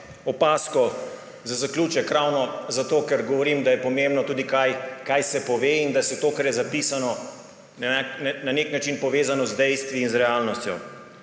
opazko za zaključek, ravno zato, ker govorim, da je pomembno tudi to, kaj se pove in da je to, kar je zapisano, na nek način povezano z dejstvi in z realnostjo.